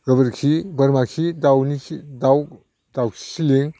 गोबोरखि बोरमाखि दाउनि खि दाउ दाउखि सिलिं